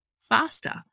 faster